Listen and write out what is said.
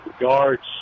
guards